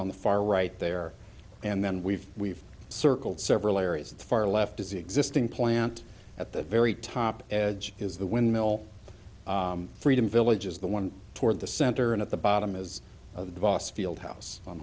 on the far right there and then we've we've circled several areas of the far left is the existing plant at the very top edge is the windmill freedom village is the one toward the center and at the bottom is the boss field house